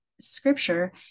scripture